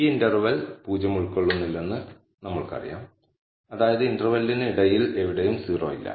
ഈ ഇന്റർവെൽ 0 ഉൾക്കൊള്ളുന്നില്ലെന്ന് നമ്മൾക്കറിയാം അതായത് ഇന്റർവെല്ലിന് ഇടയിൽ എവിടെയും 0 ഇല്ല